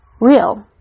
real